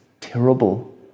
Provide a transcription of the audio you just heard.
terrible